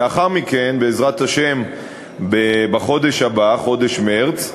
לאחר מכן, בעזרת השם בחודש הבא, חודש מרס,